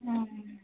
उम्